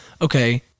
Okay